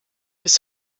bis